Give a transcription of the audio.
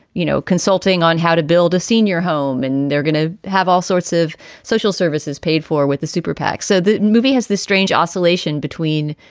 you know, consulting on how to build a senior home and they're going to have all sorts of social services paid for with a superpac said that movie has the strange oscillation between,